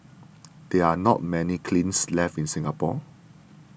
there are not many kilns left in Singapore